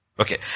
Okay